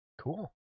Cool